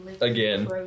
again